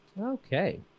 Okay